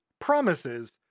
promises